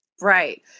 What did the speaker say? Right